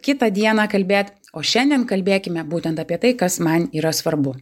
kitą dieną kalbėt o šiandien kalbėkime būtent apie tai kas man yra svarbu